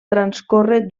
transcorre